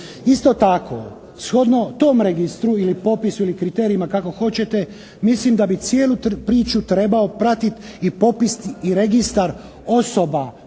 Isto tako, shodno tom registru ili popisu ili kriterijima, kako hoćete mislim da bi cijelu priču trebao pratiti i popis i registar osoba,